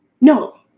No